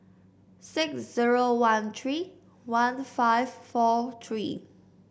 six zero one three one five four three